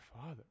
Father